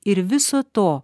ir viso to